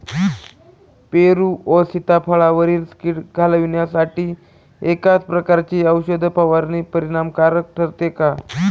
पेरू व सीताफळावरील कीड घालवण्यासाठी एकाच प्रकारची औषध फवारणी परिणामकारक ठरते का?